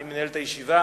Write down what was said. אני מנהל את הישיבה